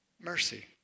mercy